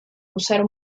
usar